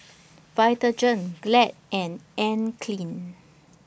Vitagen Glad and Anne Klein